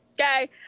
Okay